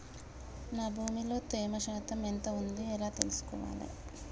నా భూమి లో తేమ శాతం ఎంత ఉంది ఎలా తెలుసుకోవాలే?